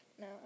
No